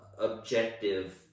objective